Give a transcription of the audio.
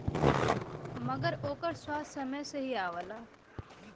मगर ओकर स्वाद समय से ही आवला